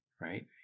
right